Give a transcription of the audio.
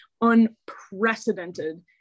unprecedented